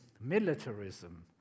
militarism